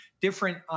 different